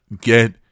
get